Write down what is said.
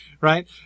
right